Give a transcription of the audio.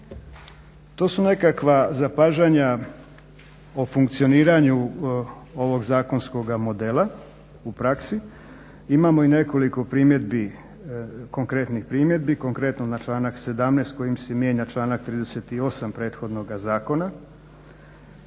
To su nekakva zapažanja o funkcioniranju ovog zakonskog modela u praksi. Imamo i nekoliko konkretnih primjedbi, konkretno na članak 17. kojim se mijenja članak 38. prethodnoga zakona,